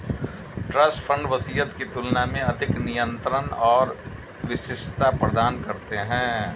trust fund वसीयत की तुलना में अधिक नियंत्रण और विशिष्टता प्रदान करते हैं